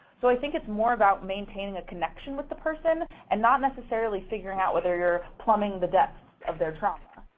so i think it's more about maintaining a connection with the person and not necessarily figuring out whether you're plumbing the depths of their trauma.